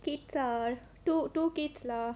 kids ah two two kids lah